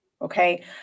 okay